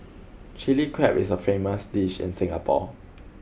Chilli Crab is a famous dish in Singapore